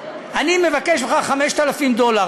אני מבקש ממך 5,000 דולר,